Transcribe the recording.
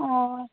ও